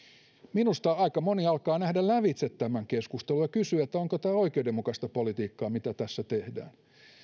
minusta aika moni alkaa nähdä lävitse tämän keskustelun ja kysyä onko tämä oikeudenmukaista politiikkaa mitä tässä tehdään